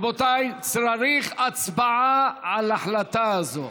רבותיי, צריך הצבעה על ההחלטה הזאת.